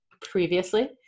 previously